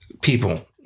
people